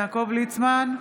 יעקב ליצמן,